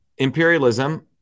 imperialism